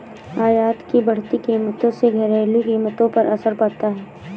आयात की बढ़ती कीमतों से घरेलू कीमतों पर असर पड़ता है